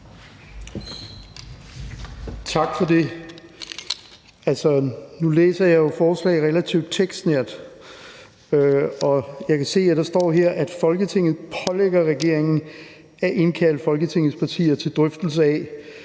Tak for det. Nu læser jeg jo forslag relativt tekstnært, og jeg kan se, at der står her, at: »Folketinget pålægger regeringen at indkalde Folketingets partier til drøftelse af,